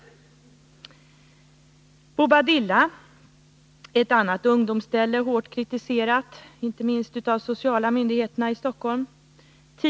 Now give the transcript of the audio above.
Bobbadilla är ett annat ungdomställe, hårt kritiserat av inte minst de sociala myndigheterna i Stockholm.